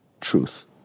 truth